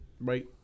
right